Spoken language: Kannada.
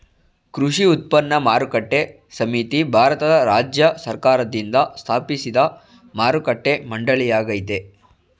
ಕೃಷಿ ಉತ್ಪನ್ನ ಮಾರುಕಟ್ಟೆ ಸಮಿತಿ ಭಾರತದ ರಾಜ್ಯ ಸರ್ಕಾರ್ದಿಂದ ಸ್ಥಾಪಿಸಿದ್ ಮಾರುಕಟ್ಟೆ ಮಂಡಳಿಯಾಗಯ್ತೆ